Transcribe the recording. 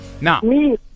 Now